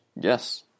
Yes